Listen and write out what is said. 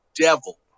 devil